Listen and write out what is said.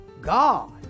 God